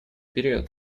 период